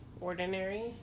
Ordinary